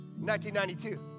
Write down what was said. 1992